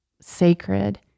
sacred